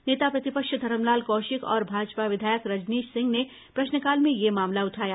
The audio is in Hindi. नेता प्रतिपक्ष धरमलाल कौशिक और भाजपा विधायक रजनीश सिंह ने प्रश्नकाल में यह मामला उठाया